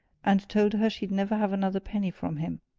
and told her she'd never have another penny from him.